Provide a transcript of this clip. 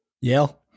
Yale